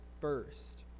first